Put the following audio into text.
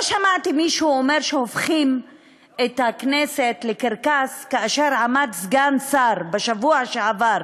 לא שמעתי מישהו אומר שהופכים את הכנסת לקרקס כאשר עמד סגן שר בשבוע שעבר